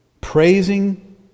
Praising